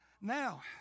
Now